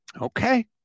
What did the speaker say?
Okay